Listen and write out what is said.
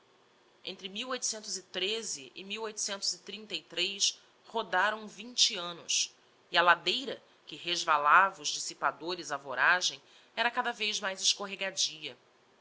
desbaratados entre o em o rodar am vinte annos e a ladeira que resvalava os dissipadores á voragem era cada vez mais escorregadia